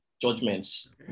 judgments